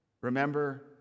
Remember